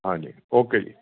ਹਾਂਜੀ ਓਕੇ ਜੀ